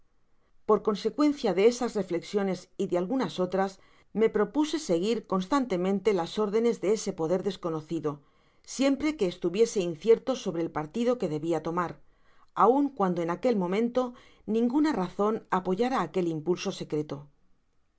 por consecuencia de esas reflexiones y de algunas otras me propuse seguif constantemente las órdenes de esa poder desconocido siempre que estuviese incierto sohre el par tidoque dtebia tomaiyaün cuando en aqnel momento ninguna razon apoyara aquel impulso secreto